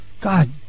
God